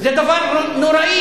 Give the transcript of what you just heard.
זה דבר נוראי.